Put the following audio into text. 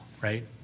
right